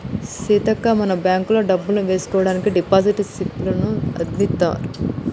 సీతక్క మనం బ్యాంకుల్లో డబ్బులు వేసుకోవడానికి డిపాజిట్ స్లిప్పులను అందిత్తారు